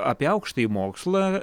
apie aukštąjį mokslą